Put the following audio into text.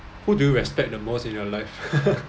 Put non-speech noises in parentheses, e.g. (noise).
who do you respect the most in your life (laughs)